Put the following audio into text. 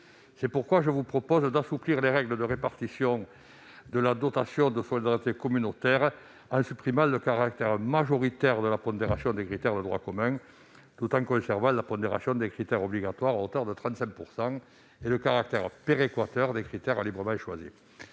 C'est pourquoi cet amendement vise à assouplir les règles de répartition de la DSC entre les communes en supprimant le caractère majoritaire de la pondération des critères de droit commun, tout en conservant la pondération des critères obligatoires à hauteur de 35 %, et le caractère péréquateur des critères librement choisis.